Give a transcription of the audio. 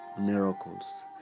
miracles